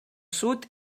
sud